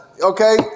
okay